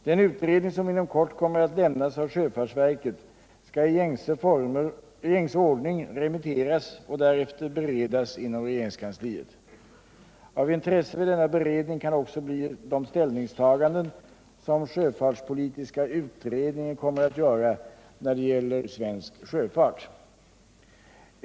Den utredning som inom kort kommer att lämnas av sjöfartsverket skall i gängse ordning remitteras och därefter beredas inom regeringskansliet. Av intresse vid denna beredning kan också bli de ställningstaganden som sjöfartspolitiska utredningen kommer att göra när det gäller svensk sjöfart.